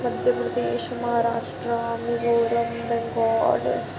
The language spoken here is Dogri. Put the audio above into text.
मध्यप्रदेश महाराश्ट्र मिजोरम बंगाल